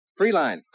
Freeline